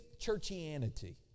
churchianity